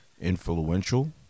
influential